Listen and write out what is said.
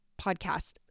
podcast